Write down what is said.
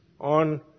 on